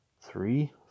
three